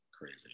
crazy